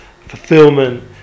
fulfillment